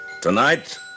Tonight